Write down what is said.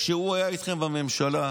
כשהוא היה איתכם בממשלה,